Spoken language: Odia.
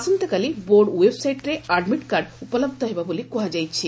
ଆସନ୍ତାକାଲି ବୋର୍ଡ଼ ଓ୍ୱେବ୍ସାଇଟ୍ରେ ଆଡ୍ମିଟ୍ କାର୍ଡ଼ ଉପଲହ ହେବ ବୋଲି କୁହାଯାଇଛି